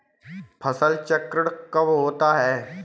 फसल चक्रण कब होता है?